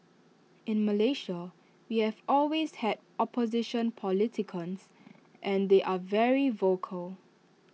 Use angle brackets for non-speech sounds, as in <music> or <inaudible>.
in Malaysia we have always had opposition <unintelligible> and they are very vocal